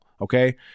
okay